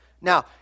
Now